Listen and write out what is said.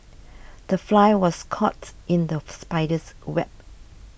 the fly was caught in the spider's web